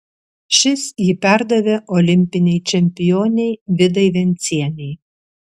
šis jį perdavė olimpinei čempionei vidai vencienei